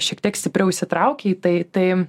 šiek tiek stipriau įsitraukia į tai tai